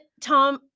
tom